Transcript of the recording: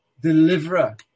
deliverer